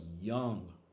young